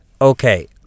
Okay